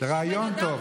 רעיון טוב.